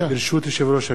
ברשות יושב-ראש הכנסת,